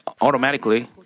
automatically